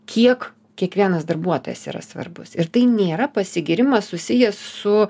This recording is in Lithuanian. kiek kiekvienas darbuotojas yra svarbus ir tai nėra pasigyrimas susijęs su